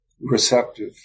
receptive